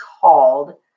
called